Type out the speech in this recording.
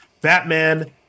Batman